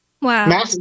wow